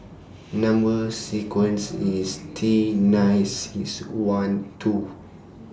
Number sequence IS T nine six one two